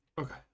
Okay